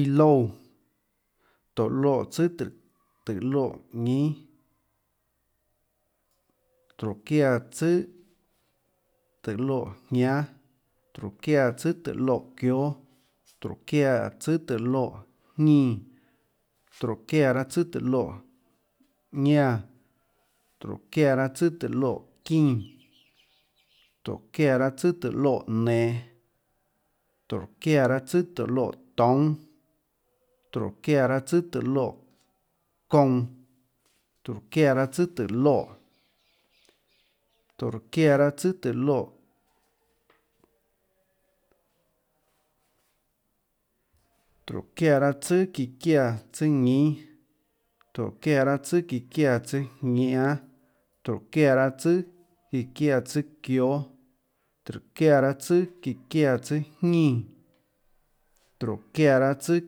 Iã loúã, tóhå loè tsùà tóhå loè nínâ, tórå çiáã tsùâ tóå loè jñánâ, tórå çiáã tsùâ tóå loè çióâ, tórå çiáã tsùâ tóå loè jñínã, tórå çiáã tsùâ tóå loè ñánã, tórå çiáã tsùâ tóå loè çínã, tórå çiáã tsùâ tóå loè nenå, tórå çiáã tsùâ tóå loè toúnâ, tórå çiáã tsùâ tóå loè kounã, tórå çiáã tsùà tsùà tóhå loè, tórå çiáã tsùâ çíã çiáã tsùâ ñínâ, tórå çiáã tsùâ çíã çiáã tsùâjñánâ, tórå çiáã tsùâ çíã çiáã tsùâ çióâ, tórå çiáã tsùâ çíã çiáã tsùâ jñínã, tórå çiáã tsùâ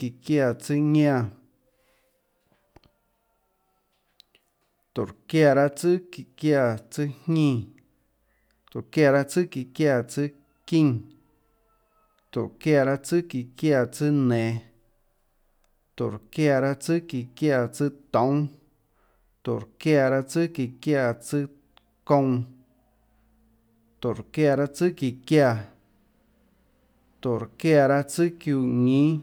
çíã çiáã tsùâ ñánã, tórå çiáã tsùâ çíã çiáã tsùâ ñínã, tórå çiáã tsùâ çíã çiáã tsùâ çínã, tórå çiáã tsùâ çíã çiáã tsùâ nenå, tórå çiáã tsùâ çíã çiáã tsùâ toúnâ, tórå çiáã tsùâ çíã çiáã tsùâ kounã, tórå çiáã tsùâ çíã çiáã, tórå çiáã tsùâ çiúã ñínâ.